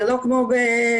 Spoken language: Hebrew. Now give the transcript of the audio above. זה לא כמו בחנות,